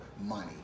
money